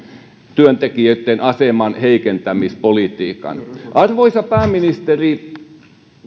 työntekijöitten aseman heikentämispolitiikan arvoisa pääministeri